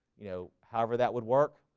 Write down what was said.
you know, however that would work